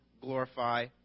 glorify